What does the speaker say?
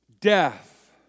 death